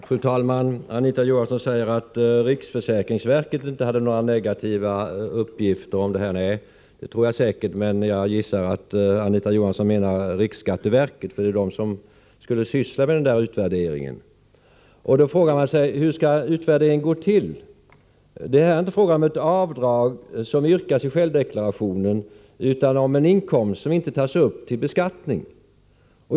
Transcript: Fru talman! Anita Johansson säger att riksförsäkringsverket inte hade någonting negativt att redovisa i det här fallet. Nej, det är jag säker på, men jag gissar att Anita Johansson menar riksskatteverket, för det är riksskatteverket som skulle syssla med utvärderingen. Då frågar man sig: Hur skall utvärderingen gå till? Det är inte fråga om ett avdrag som yrkas i självdeklarationen, utan det är fråga om en inkomst som inte tas upp till beskattning.